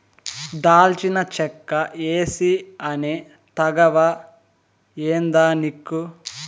దాల్చిన చెక్క ఏసీ అనే తాగవా ఏందానిక్కు